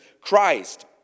Christ